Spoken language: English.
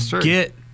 get